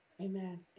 Amen